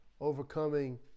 overcoming